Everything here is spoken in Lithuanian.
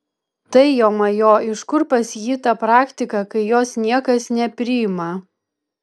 tai jomajo iš kur pas jį ta praktika kai jos niekas nepriima